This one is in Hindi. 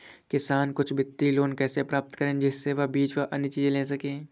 किसान कुछ वित्तीय लोन कैसे प्राप्त करें जिससे वह बीज व अन्य चीज ले सके?